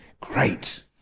Great